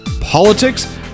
politics